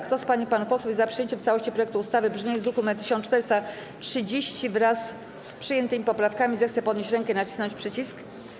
Kto z pań i panów posłów jest za przyjęciem w całości projektu ustawy w brzmieniu z druku nr 1430, wraz z przyjętymi poprawkami, zechce podnieść rękę i nacisnąć przycisk.